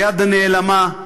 היד הנעלמה,